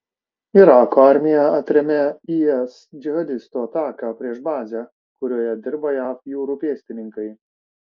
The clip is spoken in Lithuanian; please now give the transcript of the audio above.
irako armija atrėmė is džihadistų ataką prieš bazę kurioje dirba jav jūrų pėstininkai